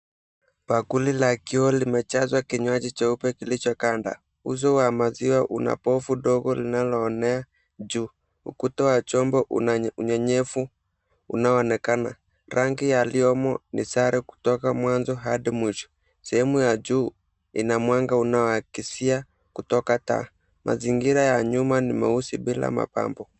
Bakuli la kioo limejazwa kinywaji cheupe kilichoganda. Uso wa maziwa una pofu dogo linaloonea juu. Ukuta wa chombo una unyenyevu unaoonekana. Rangi yaliyomo ni sare kutoka mwanzo hadi mwisho. Sehemu ya juu, ina mwanga unaoagizia kutoka taa. Mazingira ya nyuma ni meusi bila mapambo.